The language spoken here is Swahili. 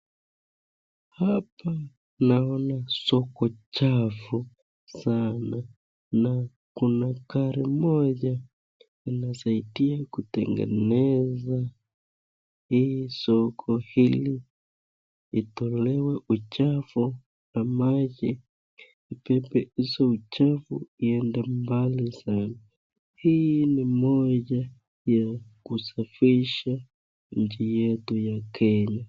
Hapa nanona soko chafu sana na kuna gari moja inasaidia kutengeneza hii soko hili itolewe uchafu na maji ibebe hizo uchafu iende mbali sana. Hiii ni moja ya kusafisha nchi yet ya Kenya.